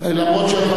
תודה רבה,